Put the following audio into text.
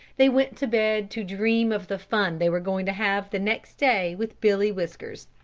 they went to bed to dream of the fun they were going to have the next day with billy whiskers.